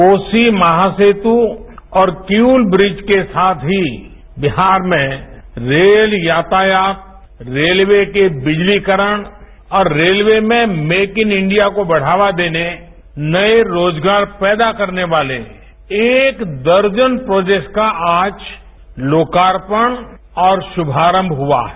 कोसी महासेत् और किउल ब्रिज के साथ ही बिहार में रेल यातायात रेलवे के बिजलीकरण और रेलवे में मेक इन इंडिया को बढ़ावा देने नये रोजगार पैदा करने वाले एक दर्जन प्रोजेक्ट्स का आज लोकार्पण और शुभारंभ हुआ है